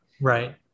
right